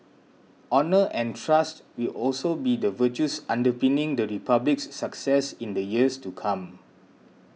honour and trust will also be the virtues underpinning the Republic's success in the years to come